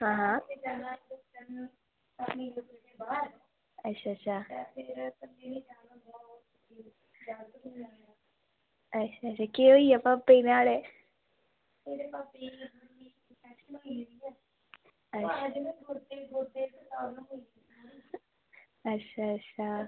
आं हां अच्छा अच्छा ते केह् होई गेआ भापै नुहाड़ै ई